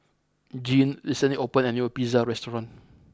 Jeanne recently opened a new Pizza restaurant